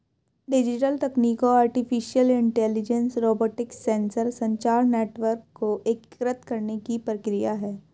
digital तकनीकों artificial intelligence, robotics, sensor, संचार network को एकीकृत करने की प्रक्रिया है